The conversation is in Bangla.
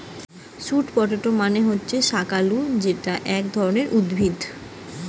স্যুট পটেটো মানে হচ্ছে শাকালু যেটা এক ধরণের উদ্ভিদ